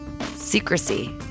Secrecy